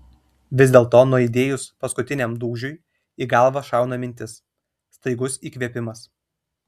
vis dėlto nuaidėjus paskutiniam dūžiui į galvą šauna mintis staigus įkvėpimas